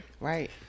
Right